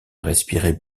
respirait